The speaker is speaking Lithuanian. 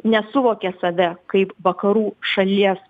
nesuvokia save kaip vakarų šalies